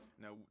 Now